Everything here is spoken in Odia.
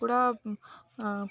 ପୁରା